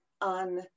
on